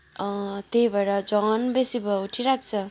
अँ त्यही भएर झन बेसी भुवा उठिराख्छ